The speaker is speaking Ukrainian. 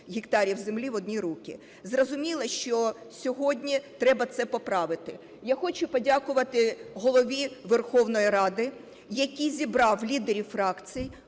гектарів землі в одні руки. Зрозуміло, що сьогодні треба це поправити. Я хочу подякувати Голові Верховної Ради, який зібрав лідерів фракцій.